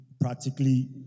practically